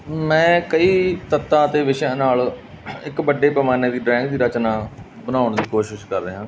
ਮੈਂ ਕਈ ਤੱਤਾਂ ਅਤੇ ਵਿਸ਼ਿਆ ਨਾਲ ਇੱਕ ਵੱਡੇ ਪੈਮਾਨੇ ਦੀ ਡਰਾਇੰਗ ਦੀ ਰਚਨਾ ਬਣਾਉਣ ਦੀ ਕੋਸ਼ਿਸ਼ ਕਰ ਰਿਹਾ